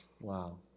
Wow